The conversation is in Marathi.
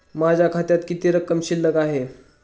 माझ्या खात्यात किती रक्कम शिल्लक आहे?